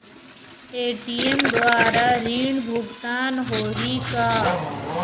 ATM द्वारा ऋण भुगतान होही का?